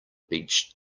beach